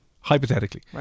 hypothetically